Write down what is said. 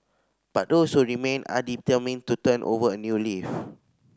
but those who remain are determined to turn over a new leaf